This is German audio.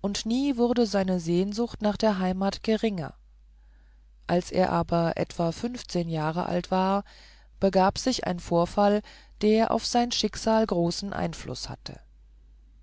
und nie wurde seine sehnsucht nach der heimat geringer als er aber etwa fünfzehn jahre alt war begab sich ein vorfall der auf sein schicksal großen einfluß hatte